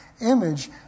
image